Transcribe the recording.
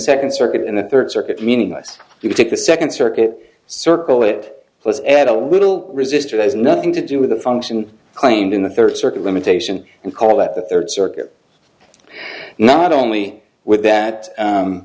second circuit and the third circuit meaningless you take the second circuit circle it let's add a little resistor there's nothing to do with the function claimed in the third circuit limitation and call that the third circuit not only would that